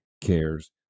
cares